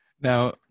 Now